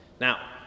Now